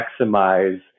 maximize